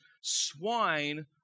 swine